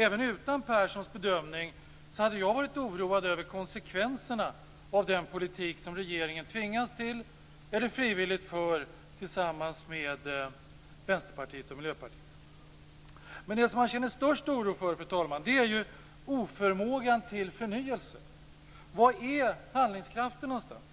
Även utan Perssons bedömning hade jag varit oroad över konsekvenserna av den politik som regeringen tvingas till eller frivilligt för tillsammans med Vänsterpartiet och Men det som man känner störst oro för, fru talman, är ju oförmågan till förnyelse. Var är handlingskraften någonstans?